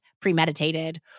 premeditated